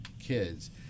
kids